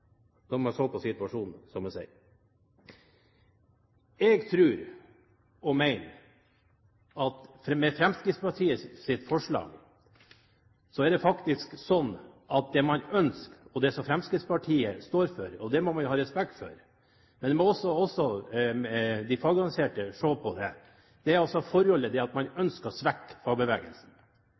når man så på situasjonen, som han sa. Jeg tror og mener at det Fremskrittspartiet ønsker med sitt forslag – det står de for, og det må man ha respekt for – men som også de fagorganiserte må se på, er å svekke